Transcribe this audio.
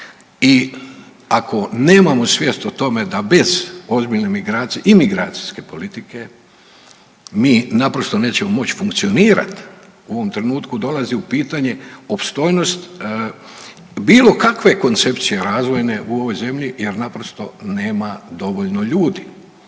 i ako nemamo svijest o tome da bez ozbiljne imigracijske politike, mi naprosto nećemo moći funkcionirati u ovom trenutku dolazi u pitanje opstojnost bilo kakve koncepcije razvojne u ovoj zemlji jer naprosto nema dovoljno ljudi.